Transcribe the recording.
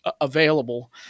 available